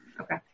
Okay